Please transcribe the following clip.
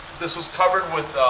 this was covered with